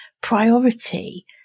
priority